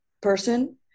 person